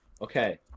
Okay